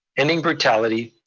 ending brutality,